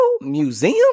museum